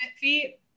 feet